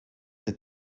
that